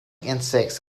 insects